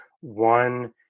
One